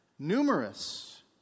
Numerous